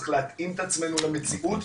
צריך להתאים את עצמנו למציאות.